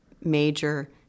major